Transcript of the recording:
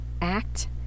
act